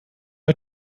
der